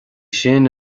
sin